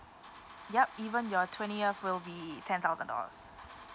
yup even you're twentieth will be ten thousand dollars